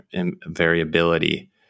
variability